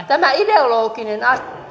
tämä ideologinen